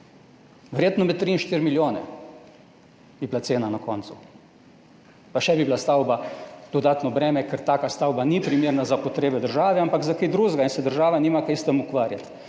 Verjetno med 3 in 4 milijone bi bila cena na koncu pa še bi bila stavba dodatno breme, ker taka stavba ni primerna za potrebe države, ampak za kaj drugega in se država nima kaj s tem ukvarjati.